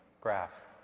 graph